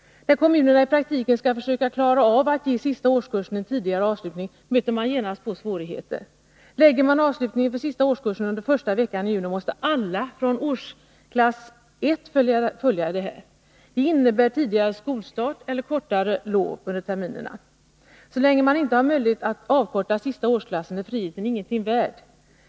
När kommunerna i praktiken skall försöka klara av att ge sista årskursen en tidigare avslutning, möter de genast svårigheter. Lägger man avslutningen för sista årskursen under första veckan i juni måste alla, från årsklass 1, följa detta. Det innebär tidigare skolstart eller kortare lov under terminerna. Så länge man inte har möjlighet att avkorta sista årsklassen är friheten inget värd.